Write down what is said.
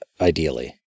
ideally